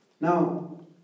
Now